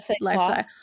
lifestyle